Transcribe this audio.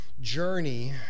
journey